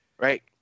Right